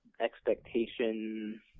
expectation